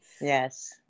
Yes